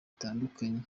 bitandukanye